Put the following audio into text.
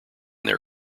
their